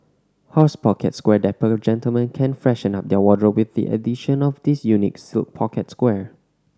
horse pocket square Dapper gentlemen can freshen up their wardrobe with the addition of this unique silk pocket square